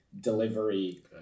delivery